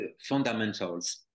fundamentals